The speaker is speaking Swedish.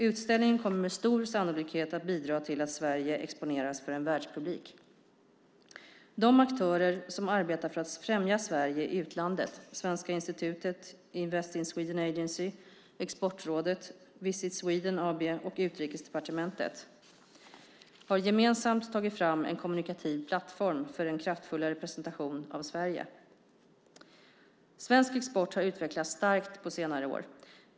Utställningen kommer med stor sannolikhet att bidra till att Sverige exponeras för en världspublik. De aktörer som arbetar för att främja Sverige i utlandet - Svenska institutet, Invest in Sweden Agency, Exportrådet, Visit Sweden AB och Utrikesdepartementet - har gemensamt tagit fram en kommunikativ plattform för en kraftfullare presentation av Sverige. Svensk export har utvecklats starkt på senare år.